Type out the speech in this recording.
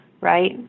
right